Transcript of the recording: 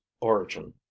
origin